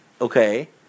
Okay